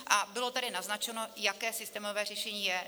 A bylo tady naznačeno, jaké systémové řešení je.